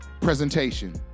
presentation